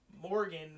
Morgan